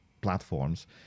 platforms